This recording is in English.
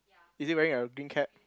is he wearing a green cap